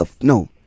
No